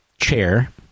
chair